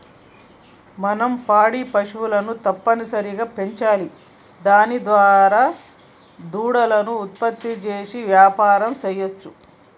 మనం పాడి ఆవులను తప్పనిసరిగా పెంచాలి దాని దారా దూడలను ఉత్పత్తి చేసి యాపారం సెయ్యవచ్చు